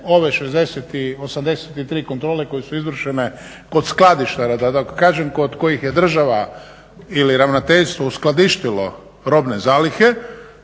ove 83 kontrole koje su izvršene kod skladištara da tako kažem, kod kojih je država ili ravnateljstvo uskladištilo robne zalihe